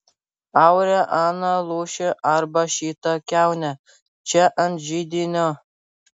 aure aną lūšį arba šitą kiaunę čia ant židinio